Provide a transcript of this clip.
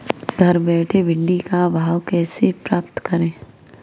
घर बैठे मंडी का भाव कैसे पता करें?